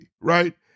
right